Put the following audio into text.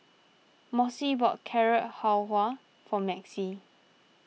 Mossie bought Carrot Halwa for Maxie